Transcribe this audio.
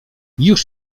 już